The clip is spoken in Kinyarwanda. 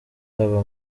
haba